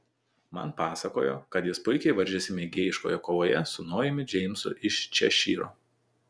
man pasakojo kad jis puikiai varžėsi mėgėjiškoje kovoje su nojumi džeimsu iš češyro